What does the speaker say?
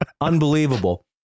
Unbelievable